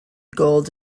gold